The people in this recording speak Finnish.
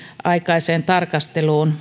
aikaiseen tarkasteluun